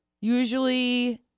Usually